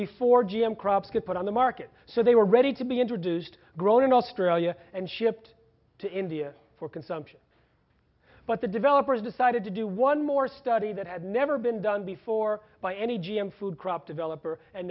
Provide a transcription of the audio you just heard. before g m crops get put on the market so they were ready to be introduced grown in australia and shipped to india for consumption but the developers decided to do one more study that had never been done before by any g m food crop developer and